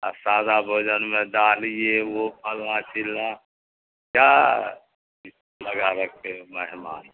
آ سادہ بھوجن میں دال یہ وہ پھلنا چلنا کیا لگا رکھے ہے مہمان